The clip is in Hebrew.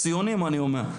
הציונים, אני אומר.